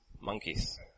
monkeys